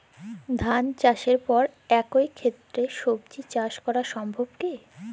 ধান চাষের পর একই ক্ষেতে সবজি চাষ করা সম্ভব কি?